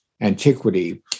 antiquity